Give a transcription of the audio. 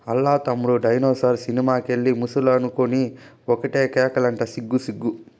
ఆల్ల తమ్ముడు dinosaur cinema కెళ్ళి ముసలనుకొని ఒకటే కేకలంట సిగ్గు సిగ్గు